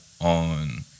on